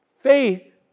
Faith